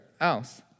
else